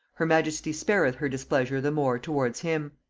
her majesty spareth her displeasure the more towards him.